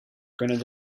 kunnen